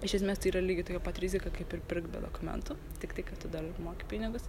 iš esmės tai yra lygiai tokia pat rizika kaip ir pirkt be dokumentų tiktai kad tu dar ir moki pinigus